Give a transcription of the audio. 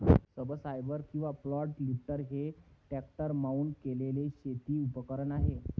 subsoiler किंवा flat lifter हे tractor mount केलेले शेती उपकरण आहे